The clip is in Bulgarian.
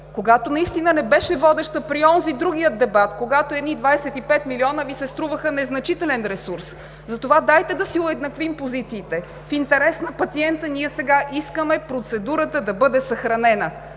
Когато наистина не беше водеща – при онзи другия дебат, когато едни 25 милиона Ви се струваха незначителен ресурс, затова дайте да си уеднаквим позициите. В интерес на пациента сега искаме процедурата да бъде съхранена